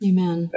Amen